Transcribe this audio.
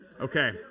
Okay